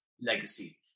legacy